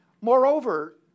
Moreover